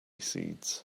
seeds